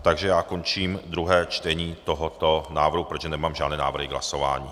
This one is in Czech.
Takže já končím druhé čtení tohoto návrhu, protože nemám žádné návrhy k hlasování.